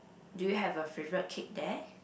do you have a favourite cake there